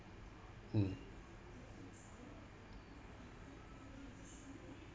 mm